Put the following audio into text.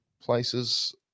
places